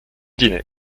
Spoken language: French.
dîner